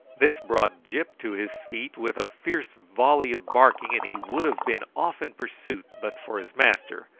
this brought gyp to his feet with a fierce volley of barking, and he would have been off in pursuit but for his master,